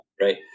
Right